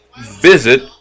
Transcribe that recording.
visit